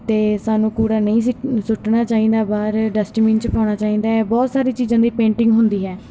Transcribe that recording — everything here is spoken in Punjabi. ਅਤੇ ਸਾਨੂੰ ਕੂੜਾ ਨਹੀਂ ਸਿੱਟ ਸੁੱਟਣਾ ਚਾਹੀਦਾ ਬਾਹਰ ਡਸਟਬਿਨ 'ਚ ਪਾਉਣਾ ਚਾਹੀਦਾ ਹੈ ਬਹੁਤ ਸਾਰੀ ਚੀਜ਼ਾਂ ਦੀ ਪੇਂਟਿੰਗ ਹੁੰਦੀ ਹੈ